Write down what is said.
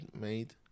made